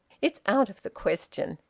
it's out of the question!